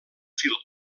fil